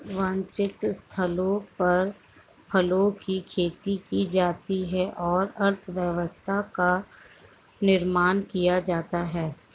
वांछित स्थलों पर फलों की खेती की जाती है और अर्थव्यवस्था का निर्माण किया जाता है